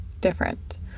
different